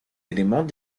éléments